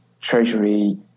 treasury